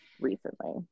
recently